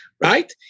right